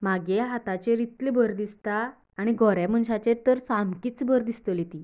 म्हागे हाताचेर इतली बरी दिसतां आनी गोरे मनशाचेर तर सामकीच बरी दिसतली ती